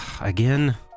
Again